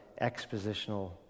expositional